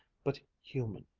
but human,